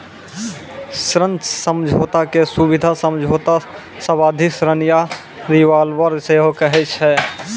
ऋण समझौता के सुबिधा समझौता, सावधि ऋण या रिवॉल्बर सेहो कहै छै